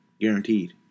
Guaranteed